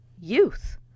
youth